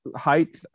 height